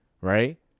Right